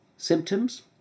Symptoms